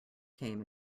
came